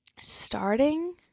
starting